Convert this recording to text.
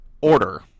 order